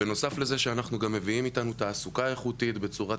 בנוסף לזה שאנחנו גם מביאים איתנו תעסוקה איכותית בצורת